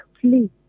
please